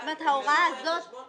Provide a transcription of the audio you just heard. זאת אומרת, ההוראה הזאת